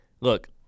look